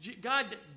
God